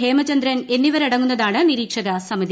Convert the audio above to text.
ഹേമചന്ദ്രൻ എന്നിവരടങ്ങുന്നതാണ് നിരീക്ഷക സമിതി